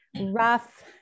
rough